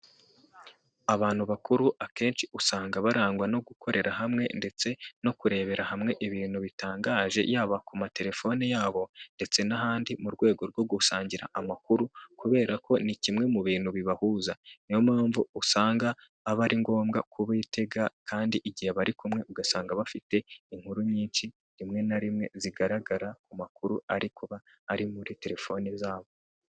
Abantu bakuru akenshi usanga barangwa no gukorera hamwe ndetse no kurebera hamwe ibintu bitangaje yaba ku materefone yabo ndetse n'ahandi mu rwego rwo gusangira amakuru, kubera ko ni kimwe mu bintu bibahuza, ni yo mpamvu usanga aba ari ngombwa kubitega kandi igihe bari kumwe ugasanga bafite inkuru nyinshi, rimwe na rimwe zigaragara ku makuru ari kuba ari muri terefoni zabo.